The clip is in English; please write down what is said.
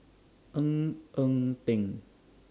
Ng Eng Teng